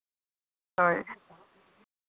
ᱦᱳᱭ